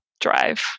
drive